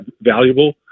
valuable